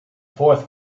fourth